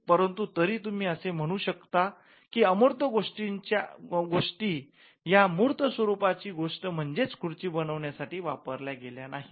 परंतु तरी तुम्ही असे म्हणू शकता की अमूर्त गोष्टीं ह्या मूर्त स्वरूपाची गोष्ट म्हणजेच खुर्ची बनवण्यासाठी वापरल्या गेल्यात नाहीत